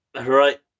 right